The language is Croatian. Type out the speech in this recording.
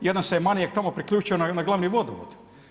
Jedan se manijak tamo priključio na glavni vodovod.